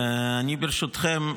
ברשותכם,